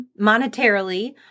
monetarily